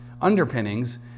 underpinnings